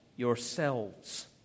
yourselves